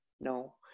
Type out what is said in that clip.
No